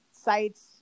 sites